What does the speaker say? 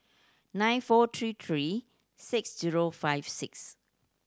nine four three three six zero five six